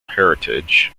heritage